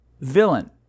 villain